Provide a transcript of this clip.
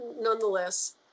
nonetheless